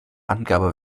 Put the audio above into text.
angabe